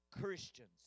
Christians